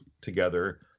together